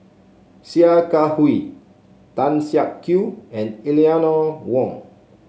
Sia Kah Hui Tan Siak Kew and Eleanor Wong